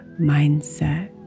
mindset